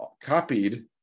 copied